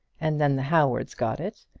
and then the howards got it.